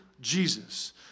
Jesus